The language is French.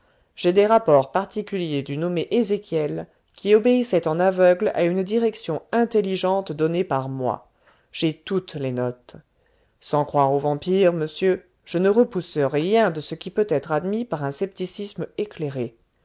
j'ai des rapports particuliers du nommé ezéchiel qui obéissait en aveugle à une direction intelligente donnée par moi j'ai toutes les notes sans croire aux vampires monsieur je ne repousse rien de ce qui peut être admis par un scepticisme éclairé